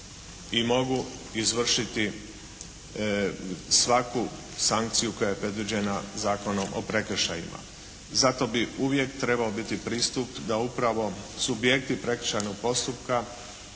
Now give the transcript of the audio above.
i mogu izvršiti svaku sankciju koja je predviđena Zakonom o prekršajima. Zato bi uvijek trebao biti pristup da upravo subjekti prekršajnog postupka